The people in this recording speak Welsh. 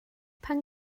pan